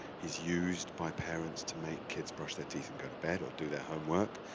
he's used by parents to make kids brush their teeth and go to bed or do their homework.